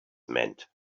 meant